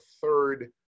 third